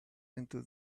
into